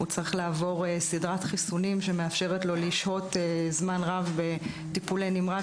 הוא צריך לעבור סדרת חיסונים שמאפשרת לו לשהות זמן רב בטיפול נמרץ,